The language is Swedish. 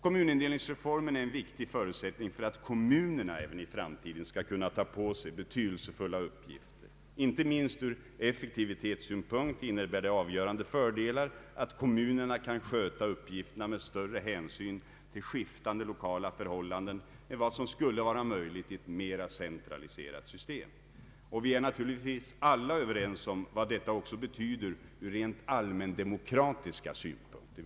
Kommunindelningsreformen är en viktig förutsättning för att kommunerna även i framtiden skall kunna ta på sig betydelsefulla uppgifter. Inte minst ur effektivitetssynpunkt medför det avgörande fördelar att kommunerna kan sköta uppgifterna med större hänsyn till skiftande lokala förhållanden än vad som skulle vara möjligt i ett mer centraliserat system. Vi är naturligtvis alla överens om vad detta betyder ur rent allmändemokratiska synpunkter.